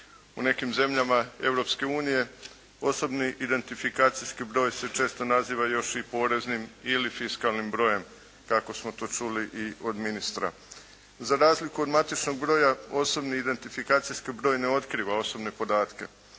U nekim zemljama Europske unije, osobni identifikacijski broj se često naziva još i poreznim ili fiskalnim brojem, kako smo to čuli i od ministra. Za razliku od matičnog broja, osobni identifikacijski broj ne otkriva osobne podatke.